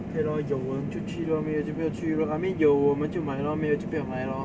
K lor 有我们就去 lor 没有就不要去 lor I mean 有我们就买 lor 没有就不要买 lor